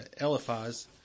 Eliphaz